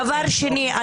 דבר שני,